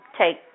take